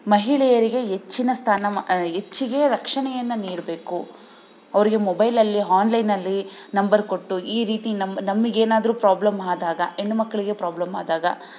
ಮಹಿಳೆಯರಿಗೆ ಹೆಚ್ಚಿನ ಸ್ಥಾನ ಮಾ ಹೆಚ್ಚಿಗೆ ರಕ್ಷಣೆಯನ್ನು ನೀಡಬೇಕು ಅವರಿಗೆ ಮೊಬೈಲಲ್ಲಿ ಹಾನ್ಲೈನಲ್ಲಿ ನಂಬರ್ ಕೊಟ್ಟು ಈ ರೀತಿ ನಮ್ಮ ನಮಗೇನಾದ್ರು ಪ್ರಾಬ್ಲಮ್ ಆದಾಗ ಹೆಣ್ಣು ಮಕ್ಕಳಿಗೆ ಪ್ರಾಬ್ಲಮ್ಮಾದಾಗ